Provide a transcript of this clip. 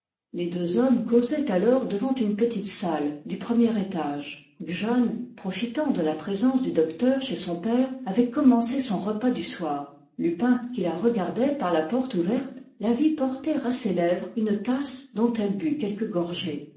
les deux hommes causaient alors devant une petite salle du premier étage où jeanne profitant de la présence du docteur chez son père avait commencé son repas du soir lupin qui la regardait par la porte ouverte la vit porter à ses lèvres une tasse dont elle but quelques gorgées